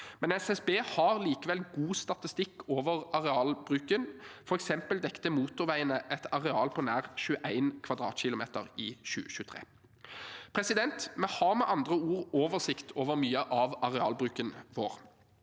ikke. SSB har likevel god statistikk over arealbruken. For eksempel dekte motorveiene et areal på nær 21 km² i 2023. Vi har med andre ord oversikt over mye av arealbruken vår.